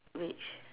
which